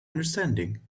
understanding